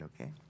okay